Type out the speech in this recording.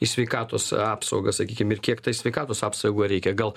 į sveikatos apsaugą sakykim ir kiek tai sveikatos apsaugai reikia gal